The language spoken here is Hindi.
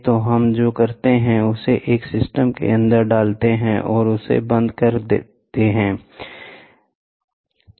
तो हम जो करते हैं उसे एक सिस्टम के अंदर डालते हैं और उसे बंद करते हैं यह यहाँ है